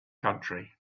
country